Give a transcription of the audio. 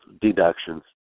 Deductions